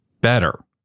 better